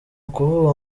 ukuvuga